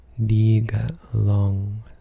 diga-long